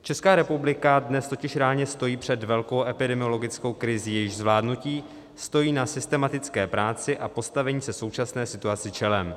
Česká republika dnes totiž reálně stojí před velkou epidemiologickou krizí, jejíž zvládnutí stojí na systematické práci a postavení se současné situaci čelem.